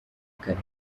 kare